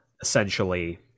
essentially